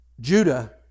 Judah